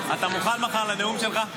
אתה מוכן מחר לנאום שלך?